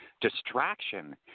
distraction